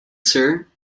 sir